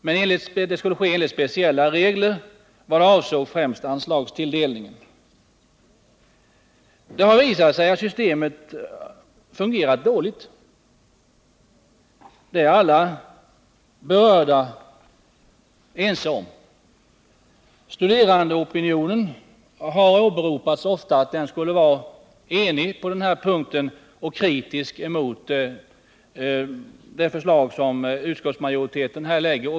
Härvid skulle gälla speciella regler avseende främst anslagstilldelningen. Det har visat sig att systemet fungerat dåligt. Det är alla berörda ense om. Man har ofta åberopat att studerandeopinionen var enig på den punkten och kritisk till det förslag som utskottsmajoriteten här lägger.